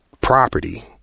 property